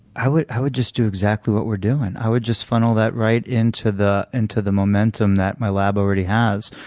i would i would just do exactly what we're doing. i would just funnel that right into the into the momentum that my lab already has.